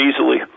easily